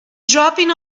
dropping